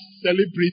celebrity